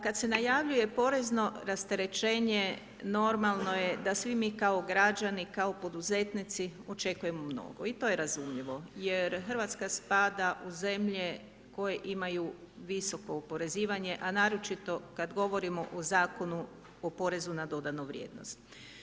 Kada se najavljuje porezno opterećenje, normalno je da svi mi kao građani, kao poduzetnici, očekujemo mnogo i to je razumljivo, jer Hrvatska spada u zemlje, koje imaju visoko oporezivanje, a naročito kada govorimo o Zakonu o porezu na dodanu vrijednost.